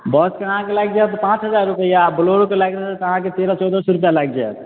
बसके अहाँकेँ लागि जायत पाँच हजार रूपैआ आ बलेरोके लागि जायत अहाँकेँ तेरह चौदह सए रूपैआ लागि जायत